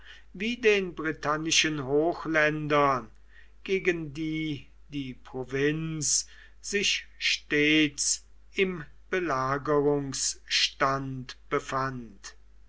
wie den britannischen hochländern gegen die die provinz sich stets im belagerungsstand befand